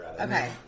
Okay